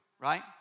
right